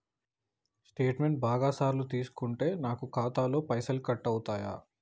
Statement బాగా సార్లు తీసుకుంటే నాకు ఖాతాలో పైసలు కట్ అవుతయా?